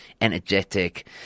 energetic